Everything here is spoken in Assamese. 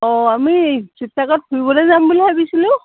অঁ আমি শিৱসাগৰত ফুৰিবলৈ যাম বুলি ভাবিছিলোঁ